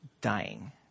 dying